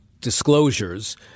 disclosures